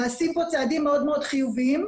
נעשים פה צעדים מאוד מאוד חיוביים.